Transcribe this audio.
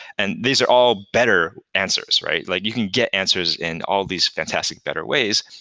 and these are all better answers, right? like you can get answers in all of these fantastic better ways.